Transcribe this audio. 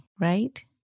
right